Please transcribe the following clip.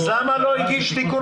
אז למה לא הגישו תיקון